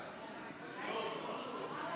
נתקבל.